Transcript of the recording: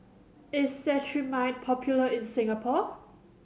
is Cetrimide popular in Singapore